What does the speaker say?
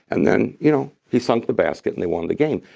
and then you know he sunk the basket and they won the game.